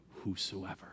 whosoever